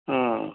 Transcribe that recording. ହଁ